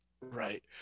Right